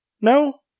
No